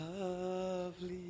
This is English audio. lovely